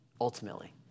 ultimately